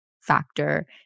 factor